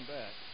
back